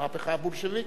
המהפכה הבולשביקית.